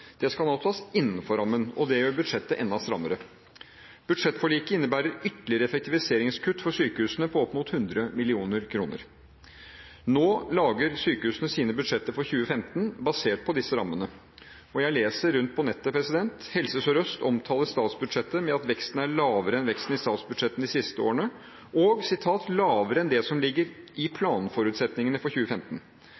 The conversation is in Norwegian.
skal nå tas innenfor rammen. Det gjør budsjettet enda strammere. Budsjettforliket innebærer ytterligere effektiviseringskutt i sykehusene på opp mot 100 mill. kr. Nå lager sykehusene sine budsjetter for 2015, basert på disse rammene. Jeg leser på nettet. Helse Sør-Øst omtaler statsbudsjettet med at veksten er lavere enn veksten i statsbudsjettene de siste årene, og «lavere» enn det som ligger i